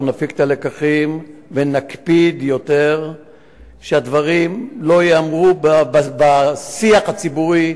אנחנו נפיק את הלקחים ונקפיד יותר שהדברים לא ייאמרו בשיח הציבורי.